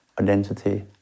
identity